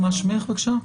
מה שמך, בבקשה?